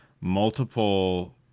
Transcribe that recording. multiple